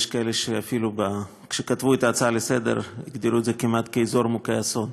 יש כאלה שכשכתבו את ההצעה לסדר-היום הגדירו את זה כמעט: אזור מוכה אסון.